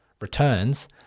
returns